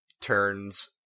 turns